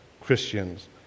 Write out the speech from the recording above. Christians